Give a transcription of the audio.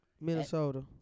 Minnesota